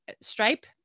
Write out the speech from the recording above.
stripe